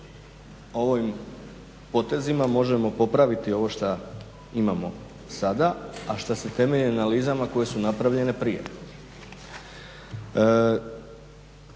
ovim potezima možemo popraviti ovo šta imamo sada, a šta se temelji na analizama koje su napravljene prije.